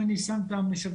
אם אני שם את --- בצד,